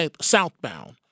southbound